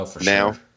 now